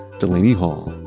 delaney hall,